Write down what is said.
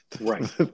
Right